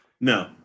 No